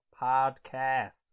podcast